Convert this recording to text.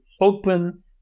open